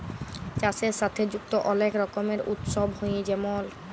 চাষের সাথে যুক্ত অলেক রকমের উৎসব হ্যয়ে যেমল